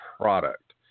product